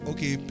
Okay